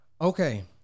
okay